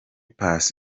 pass